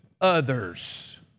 others